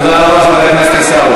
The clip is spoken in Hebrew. תודה רבה, חבר הכנסת עיסאווי.